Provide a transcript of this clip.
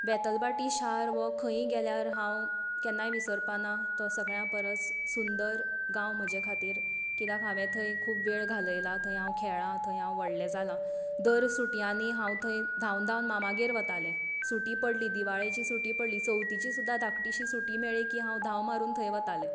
बेतलबाटी शार हो खयींय गेल्यार हांव केन्नाय विसरपा ना तो सगळ्यां परस सुंदर गांव म्हज्या खातीर कित्याक हांवे थंय खूब वेळ घालयला थंय हांव खेळ्ळां थंय हांव व्हडलें जालां दर सुटयांनी हांव थंय धांवन धांवन मामागेर वतालें सुटी पडली दिवाळेची सुटी पडली चवथिची सुद्दां धाकटीशी सुटी मेळ्ळी कांय हांव धांव मारून थंय वतालें